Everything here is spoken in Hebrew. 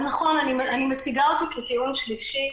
אז נכון, אני מציגה אותו כטיעון שלישי,